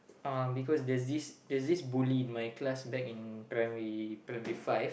um because there's this there's this bully in my class back in primary primary five